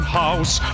house